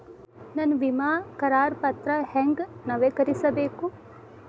ನನ್ನ ವಿಮಾ ಕರಾರ ಪತ್ರಾ ಹೆಂಗ್ ನವೇಕರಿಸಬೇಕು?